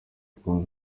tumwe